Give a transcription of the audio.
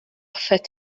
hoffet